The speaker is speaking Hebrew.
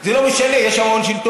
זה לא משנה, יש שם הון שלטון.